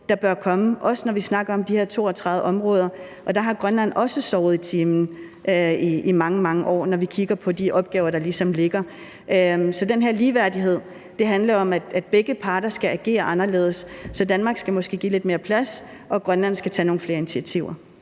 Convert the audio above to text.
der bør komme, også når vi snakker om de her 32 områder, og der har Grønland også sovet i timen i mange, mange år, når vi kigger på de opgaver, der ligesom ligger. Så den her ligeværdighed handler om, at begge parter skal agere anderledes. Så Danmark skal måske give lidt mere plads, og Grønland skal tage nogle flere initiativer.